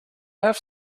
have